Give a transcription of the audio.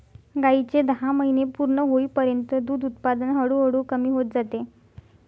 गायीचे दहा महिने पूर्ण होईपर्यंत दूध उत्पादन हळूहळू कमी होत जाते